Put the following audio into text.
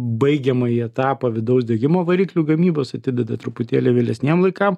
baigiamąjį etapą vidaus degimo variklių gamybos atideda truputėlį vėlesniem laikam